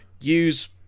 use